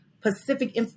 Pacific